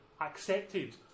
accepted